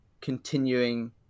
continuing